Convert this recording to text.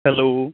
hello